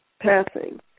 passing